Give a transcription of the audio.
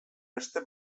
beste